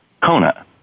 Kona